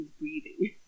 breathing